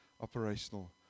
operational